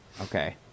Okay